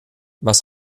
was